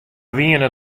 wiene